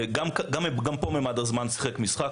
גם פה ממד הזמן שיחק משחק,